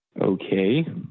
Okay